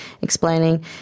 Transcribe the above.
explaining